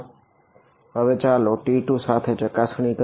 હવે ચાલો T2 સાથે ચકાસણી કરીએ